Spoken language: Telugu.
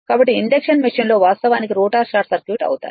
కాబట్టి ఇండక్షన్ మెషిన్ లో వాస్తవానికి రోటర్ షార్ట్ సర్క్యూట్ అవుతాయి